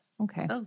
Okay